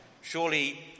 Surely